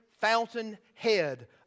fountainhead